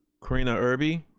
karina irby.